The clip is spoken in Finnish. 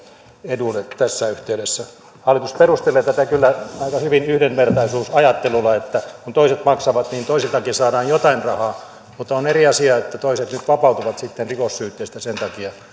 eduille tässä yhteydessä hallitus perustelee tätä kyllä aika hyvin yhdenvertaisuusajattelulla että kun toiset maksavat niin toisiltakin saadaan jotain rahaa mutta on eri asia että toiset nyt vapautuvat sitten rikossyytteistä sen takia